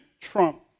trump